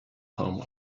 home